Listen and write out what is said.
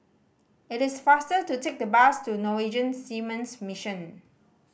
it is faster to take the bus to Norwegian Seamen's Mission